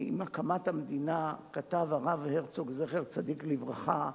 עם הקמת המדינה כתב הרב הרצוג, זכר צדיק לברכה,